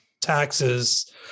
taxes